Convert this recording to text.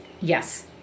yes